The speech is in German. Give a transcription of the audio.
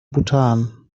bhutan